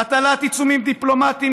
הטלת עיצומים דיפלומטיים,